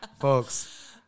folks